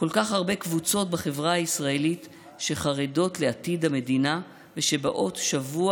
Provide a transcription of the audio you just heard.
כול כך הרבה קבוצות בחברה הישראלית שחרדות לעתיד המדינה ושבאות שבוע